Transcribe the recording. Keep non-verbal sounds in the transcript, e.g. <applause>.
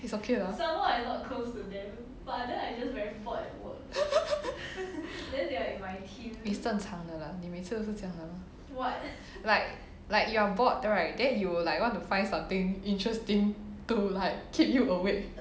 it's okay lah <laughs> is 正常的 lah 你每次都是这样的 lor like like you are bored right then you will like want to find something interesting to like keep you awake